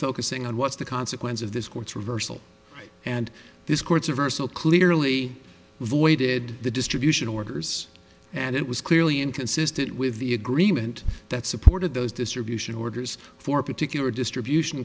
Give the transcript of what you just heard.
focusing on what's the consequence of this court's reversal and this courts of urso clearly voided the distribution orders and it was clearly inconsistent with the agreement that supported those distribution orders for a particular distribution